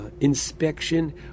inspection